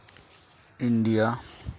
India